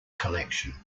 collection